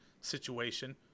situation